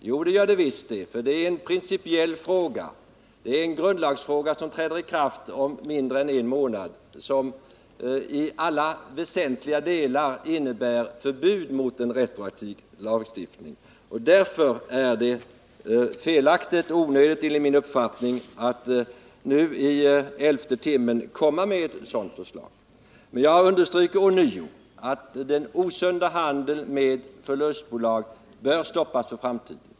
Jo, det gör det visst det, för det är en principiell fråga. Det gäller en grundlag som träder i kraft om mindre än en månad och som i alla väsentliga delar innebär förbud mot en retroaktiv lagstiftning. Därför är det felaktigt och onödigt enligt min uppfattning att nu i elfte timmen komma med ett sådant förslag. Men jag understryker ånyo att den osunda handeln med förlustbolag bör stoppas för framtiden.